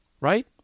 right